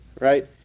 Right